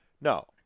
No